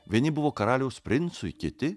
vieni buvo karaliaus princui kiti